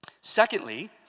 Secondly